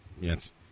Yes